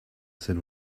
said